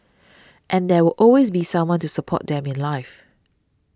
and there will always be someone to support them in life